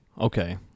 Okay